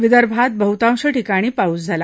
विदर्भात बहुतांश ठिकाणी पाऊस झाला